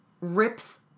rips